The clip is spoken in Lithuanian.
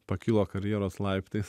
pakilo karjeros laiptais